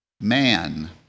man